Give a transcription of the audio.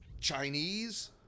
Chinese